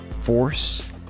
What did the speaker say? force